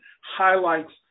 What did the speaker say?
highlights